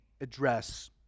address